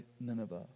Nineveh